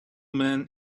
men